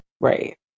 Right